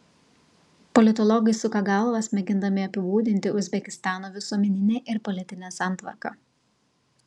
politologai suka galvas mėgindami apibūdinti uzbekistano visuomeninę ir politinę santvarką